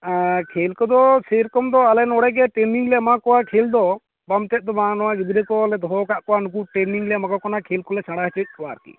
ᱟᱻ ᱠᱷᱮᱞ ᱠᱚᱫᱚ ᱥᱮᱨᱚᱠᱚᱢ ᱫᱚ ᱟᱞᱮ ᱱᱚᱰᱮ ᱜᱮ ᱴᱨᱮᱱᱤᱝ ᱞᱮ ᱮᱢᱟ ᱠᱚᱣᱟ ᱠᱷᱮᱞ ᱫᱚ ᱵᱟᱝ ᱛᱮᱫ ᱫᱚ ᱵᱟᱝ ᱱᱚᱜ ᱚᱭ ᱜᱤᱫᱽᱨᱟᱹ ᱠᱚᱞᱮ ᱫᱚᱦᱚ ᱟᱠᱟᱫ ᱠᱚᱣᱟ ᱱᱩᱠᱩ ᱴᱨᱮᱱᱤᱝ ᱞᱮ ᱮᱢᱟ ᱠᱚ ᱠᱟᱱᱟ ᱠᱷᱮᱞ ᱠᱚᱞᱮ ᱥᱮᱲᱟ ᱦᱚᱪᱚᱭᱮᱫ ᱠᱚᱣᱟ ᱟᱨᱠᱤ